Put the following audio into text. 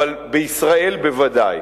אבל בישראל בוודאי.